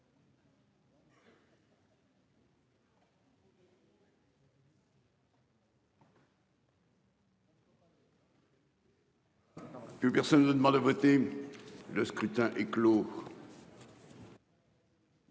Que personne ne nous demande de voter. Le scrutin est clos.